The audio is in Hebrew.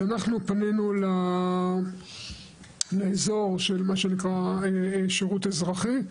אז אנחנו פנינו לאזור של מה שנקרא שירות אזרחי.